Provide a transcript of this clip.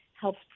helps